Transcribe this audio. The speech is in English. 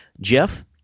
Jeff